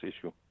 issue